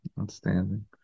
outstanding